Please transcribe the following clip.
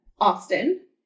Austin